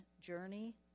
journey